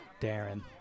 Darren